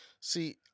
see